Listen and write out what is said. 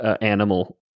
animal